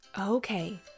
Okay